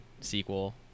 sequel